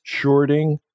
shorting